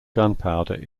gunpowder